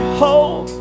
hope